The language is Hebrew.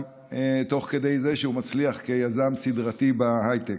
גם תוך כדי זה שהוא מצליח כיזם סדרתי בהייטק.